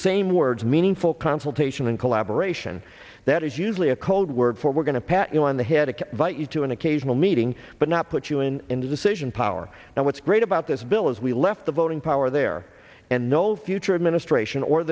same words meaningful consultation and collaboration that is usually a code word for we're going to pat you on the head of you to an occasional meeting but not put you in indecision power now what's great about this bill is we left the voting power there and no future administration or